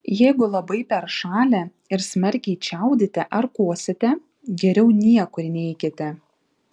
jeigu labai peršalę ir smarkiai čiaudite ar kosite geriau niekur neikite